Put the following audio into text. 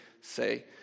say